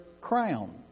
crown